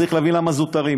צריך להבין למה זוטרים,